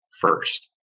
first